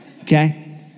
okay